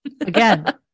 Again